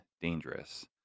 dangerous